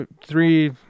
three